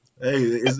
Hey